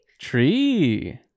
Tree